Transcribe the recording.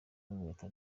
inkweto